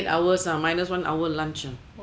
eight hours ah minus one hour lunch ah